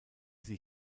sie